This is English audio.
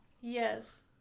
Yes